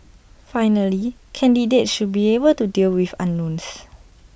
finally candidates should be able to deal with unknowns